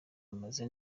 bameze